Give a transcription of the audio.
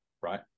Right